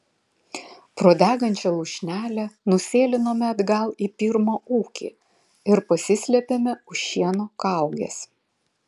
pro degančią lūšnelę nusėlinome atgal į pirmą ūkį ir pasislėpėme už šieno kaugės